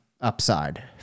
upside